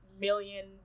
million